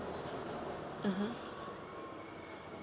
mmhmm